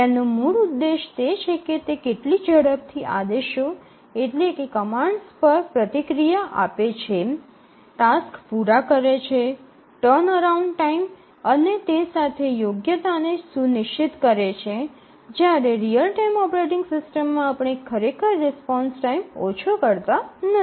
તેનો મૂળ ઉદ્દેશ તે છે કે તે કેટલી ઝડપથી આદેશો પર પ્રતિક્રિયા આપે છે ટાસક્સ પૂરા કરે છે ટર્નઅરાઉન્ડ ટાઇમ અને તે સાથે યોગ્યતાને સુનિશ્ચિત કરે છે જ્યારે રીઅલ ટાઇમ ઓપરેટિંગ સિસ્ટમમાં આપણે ખરેખર રિસ્પોન્સ ટાઇમ ઓછો કરતા નથી